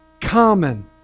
common